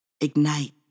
ignite